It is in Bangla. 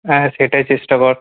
হ্যাঁ সেটাই চেষ্টা কর